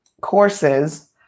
courses